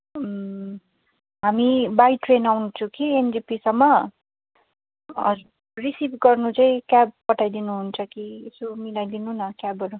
हामी by train आउँछौँ कि एनजेपीसम्म रिसिभ गर्नु चाहिँ क्याब पठाइदिनु हुन्छ कि यसो मिलाइदिनु न क्याबहरू